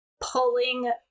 pulling